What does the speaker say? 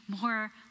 more